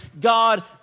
God